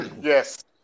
Yes